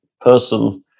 person